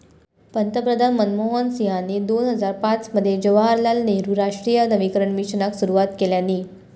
पंतप्रधान मनमोहन सिंहानी दोन हजार पाच मध्ये जवाहरलाल नेहरु राष्ट्रीय शहरी नवीकरण मिशनाक सुरवात केल्यानी